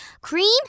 cream